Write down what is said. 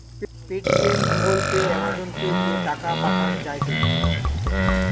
Paytm, Google pay, Amazon pay দিয়ে টাকা পাঠান যায়টে